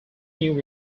new